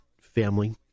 family